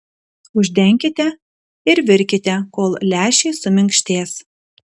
uždenkite ir virkite kol lęšiai suminkštės